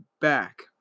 back